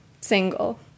single